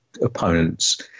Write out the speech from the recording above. opponents